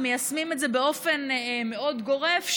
ומיישמים את זה באופן מאוד גורף,